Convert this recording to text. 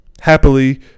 happily